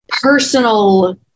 personal